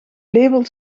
label